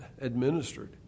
administered